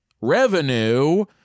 revenue